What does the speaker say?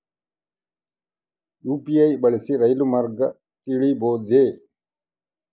UPI ಬಳಸಿ ರೈಲು ಮಾರ್ಗ ತಿಳೇಬೋದ?